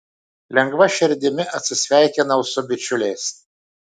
lengva širdimi atsisveikinau su bičiuliais